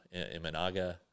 Imanaga